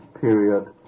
period